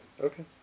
Okay